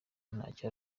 ntacyo